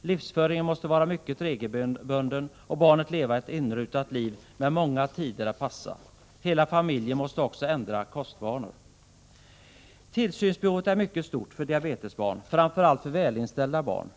Livsföringen måste vara mycket regelbunden och barnet leva ett inrutat liv med många tider att passa. Hela familjen måste också ändra kostvanor. Tillsynsbehovet är mycket stort för diabetesbarn, framför allt för ”välinställda” barn.